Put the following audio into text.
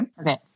Okay